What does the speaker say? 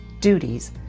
duties